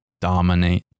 dominate